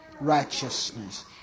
righteousness